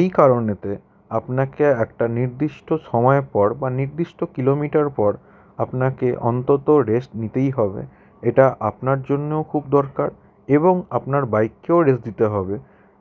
এই কারণেতে আপনাকে একটা নির্দিষ্ট সময় পর বা নির্দিষ্ট কিলোমিটার পর আপনাকে অন্তত রেস্ট নিতেই হবে এটা আপনার জন্যেও খুব দরকার এবং আপনার বাইককেও রেস্ট দিতে হবে